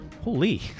Holy